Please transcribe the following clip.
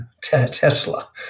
Tesla